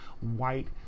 white